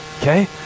Okay